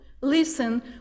listen